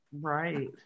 right